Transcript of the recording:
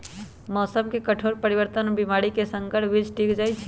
मौसम के कठोर परिवर्तन और बीमारी में संकर बीज टिक जाई छई